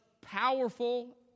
powerful